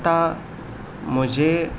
आतां म्हजे